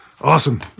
Awesome